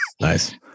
Nice